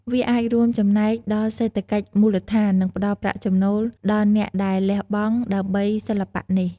វាអាចរួមចំណែកដល់សេដ្ឋកិច្ចមូលដ្ឋាន និងផ្តល់ប្រាក់ចំណូលដល់អ្នកដែលលះបង់ដើម្បីសិល្បៈនេះ។